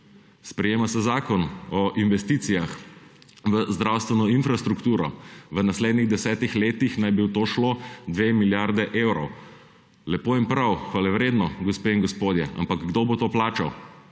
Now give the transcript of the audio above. Sprejema se zakon o investicijah v zdravstveno infrastrukturo, v naslednjih 10 letih naj bi v to šlo 2 milijardi evrov. Lepo in prav, hvalevredno, gospe in gospodje, ampak kdo bo to plačal?